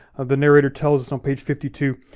the narrative tells us on page fifty two,